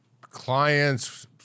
clients